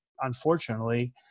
unfortunately